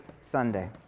Sunday